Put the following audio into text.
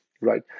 right